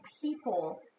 people